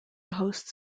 hosts